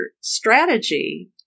strategy